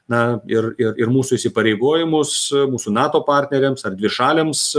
na ir ir ir mūsų įsipareigojimus mūsų nato partneriams ar dvišaliams